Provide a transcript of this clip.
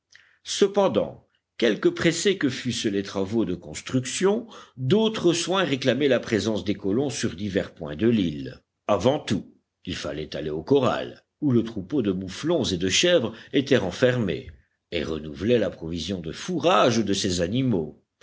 cependant quelque pressés que fussent les travaux de construction d'autres soins réclamaient la présence des colons sur divers points de l'île avant tout il fallait aller au corral où le troupeau de mouflons et de chèvres était renfermé et renouveler la provision de fourrage de ces animaux